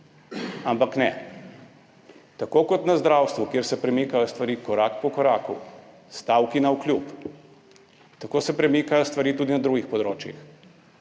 Ampak ne, tako kot na zdravstvu, kjer se premikajo stvari korak po koraku stavki navkljub, tako se premikajo stvari tudi na drugih področjih.